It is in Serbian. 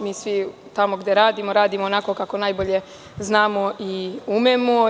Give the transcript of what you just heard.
Mi svi tamo gde radimo, radimo onako kako najbolje znamo i umemo.